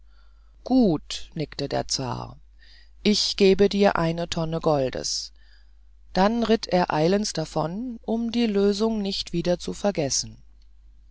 gut nickte der zar ich gebe dir eine tonne goldes dann ritt er eilends davon um die lösungen nicht wieder zu vergessen